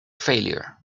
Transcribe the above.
failure